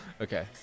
Okay